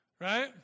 Right